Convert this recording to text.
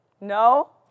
No